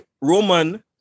Roman